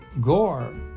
Gore